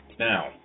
Now